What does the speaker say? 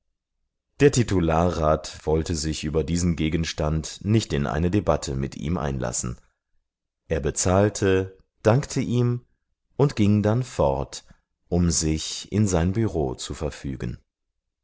der titularrat wollte sich über diesen gegenstand nicht in eine debatte mit ihm einlassen er bezahlte dankte ihm und ging dann fort um sich in sein büro zu verfügen